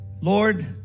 Lord